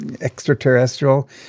extraterrestrial